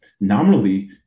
nominally